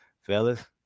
fellas